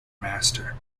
master